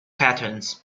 patterns